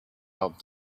out